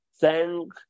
thank